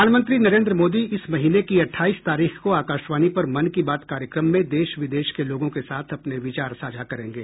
प्रधानमंत्री नरेन्द्र मोदी इस महीने की अट्ठाईस तारीख को आकाशवाणी पर मन की बात कार्यक्रम में देश विदेश के लोगों के साथ अपने विचार साझा करेंगे